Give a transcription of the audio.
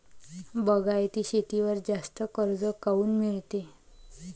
बागायती शेतीवर जास्त कर्ज काऊन मिळते?